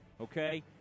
Okay